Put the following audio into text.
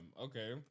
okay